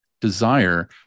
desire